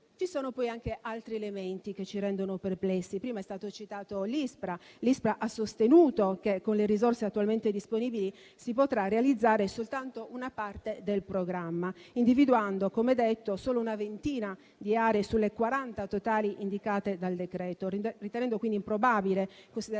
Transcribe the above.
Ci sono poi anche altri elementi che ci rendono perplessi. Prima è stato citato l'ISPRA, che ha sostenuto che, con le risorse attualmente disponibili, si potrà realizzare soltanto una parte del programma, individuando - come detto - solo una ventina di aree sulle quaranta totali indicate dal decreto, ritenendo quindi improbabile, considerati